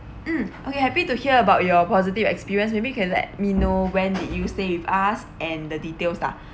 mm okay happy to hear about your positive experience maybe can let me know when did you stay with us and the details ah